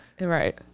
Right